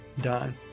done